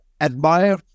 admire